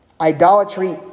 Idolatry